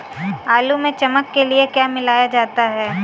आलू में चमक के लिए क्या मिलाया जाता है?